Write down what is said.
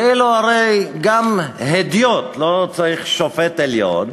כאילו, הרי גם הדיוט, לא צריך שופט עליון,